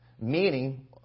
Meaning